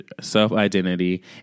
self-identity